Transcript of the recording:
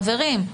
חברים.